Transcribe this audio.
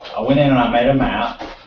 i went in and i made a map.